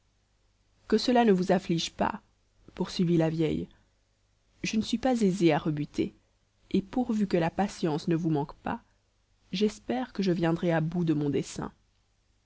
que cela ne vous afflige pas poursuivit la vieille je ne suis pas aisée à rebuter et pourvu que la patience ne vous manque pas j'espère que je viendrai à bout de mon dessein